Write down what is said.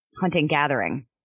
hunting-gathering